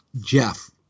Jeff